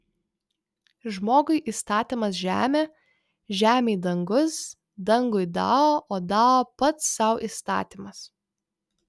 žmogui įstatymas žemė žemei dangus dangui dao o dao pats sau įstatymas